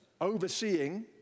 overseeing